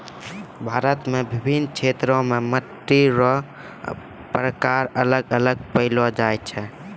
भारत मे विभिन्न क्षेत्र मे मट्टी रो प्रकार अलग अलग पैलो जाय छै